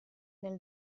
nel